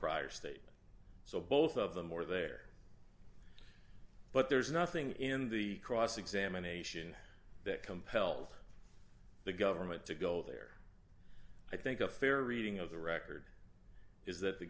prior statement so both of them or there but there's nothing in the cross examination that compelled the government to go there i think a fair reading of the record is that the